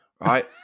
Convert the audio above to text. right